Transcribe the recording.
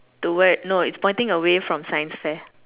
toward no it's pointing away from science fair